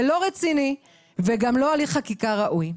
זה לא רציני וגם לא הליך חקיקה כראוי".